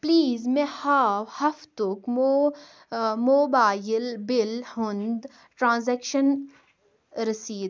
please مےٚ ہاو ہفتُک مو موبایِل بِل ہُنٛد ٹرانزیکشن رٔسیٖد